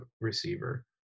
receiver